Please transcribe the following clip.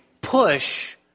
push